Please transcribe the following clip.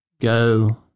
go